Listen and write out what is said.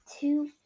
two